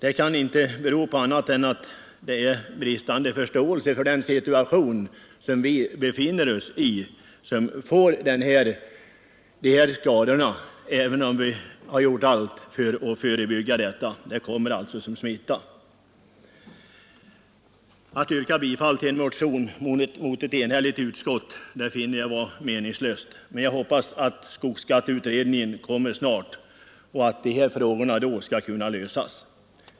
Det kan inte bero på något annat än bristande förståelse för de skogsägares situation som har blivit utsatta för dessa skador, trots att de har gjort allt för att förebygga dem. Skadorna kommer som en smitta. Jag finner det emellertid meningslöst att yrka bifall till vår motion gentemot ett enhälligt utskott, men jag hoppas att skogsbeskattningsutredningen snart kommer att lägga fram sitt betänkande och att de här frågorna då skall kunna lösas.